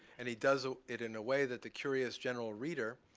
and he does ah it in a way that the curious general reader,